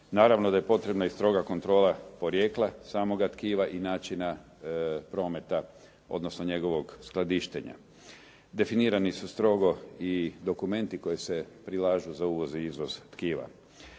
Naravno da je potrebna i stroga kontrola porijekla samoga tkiva i načina prometa odnosno njegovog skladištenja. Definirani su strogo i dokumenti koji se prilažu za uvoz i izvoz tkiva.